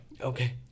okay